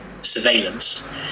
surveillance